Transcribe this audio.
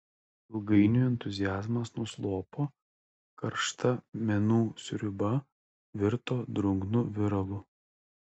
ilgainiui entuziazmas nuslopo karšta menų sriuba virto drungnu viralu